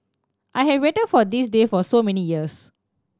I have wait for this day for so many years